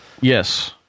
Yes